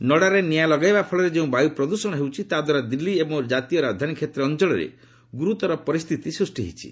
ନଡ଼ାରେ ନିଆଁ ଲଗାଇବା ଫଳରେ ଯେଉଁ ବାୟୁ ପ୍ରଦୂଷଣ ହେଉଛି ତଦ୍ୱାରା ଦିଲ୍ଲୀ ଏବଂ ଜାତୀୟ ରାଜଧାନୀ କ୍ଷେତ୍ର ଅଞ୍ଚଳରେ ଗୁରୁତର ପରିସ୍ଥିତି ସୃଷ୍ଟି ହୋଇଛି